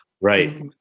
Right